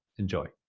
enjoy.